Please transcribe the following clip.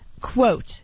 Quote